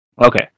Okay